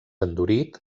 endurit